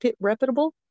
reputable